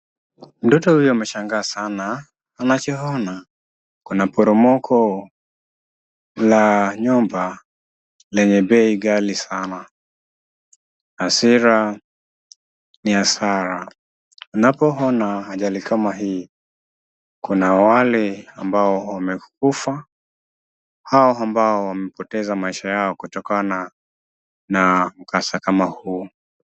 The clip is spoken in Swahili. Mtoto huyu ameshangaa sana anachoona, kuna poromoko la nyumba lenye bei ghali sana. Hhasira ni hasara unapoona ajali kama hii kuna wale ambao wamekufa au ambao wamepoteza maisha yao kutokana na mkasa kama huu.